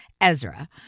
Ezra